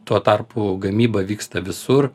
tuo tarpu gamyba vyksta visur